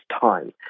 time